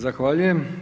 Zahvaljujem.